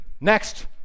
next